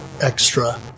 extra